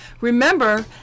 Remember